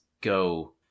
go